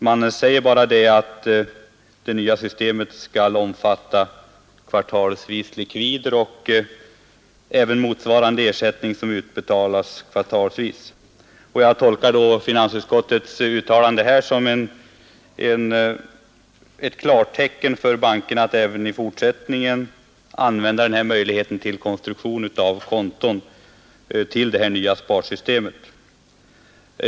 Man säger bara att det nya systemet skall omfatta kvartalsvis utgående likvider och även motsvarande ersättning som utbetalas kvartalsvis. Jag tolkar finansutskottets uttalande som ett klartecken för bankerna att även i fortsättningen använda den här möjligheten till konstruktion av konton i det nya sparsystemet.